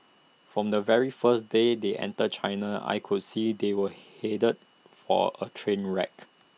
from the very first day they entered China I could see they were headed for A train wreck